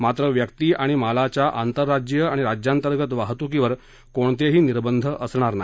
मात्र व्यक्ती आणि मालाच्या आंतरराज्यीय आणि राज्यांतर्गत वाहतुकीवर कोणतही निर्बंध असणार नाही